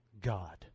God